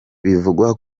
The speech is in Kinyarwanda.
bivugwa